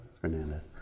Fernandez